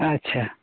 ᱟᱪᱪᱷᱟ